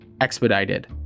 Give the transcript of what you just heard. expedited